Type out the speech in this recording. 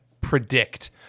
predict